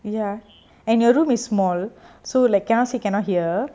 ya and your room is small so like cannot say cannot hear